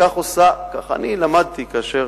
כך אני למדתי כאשר